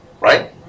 Right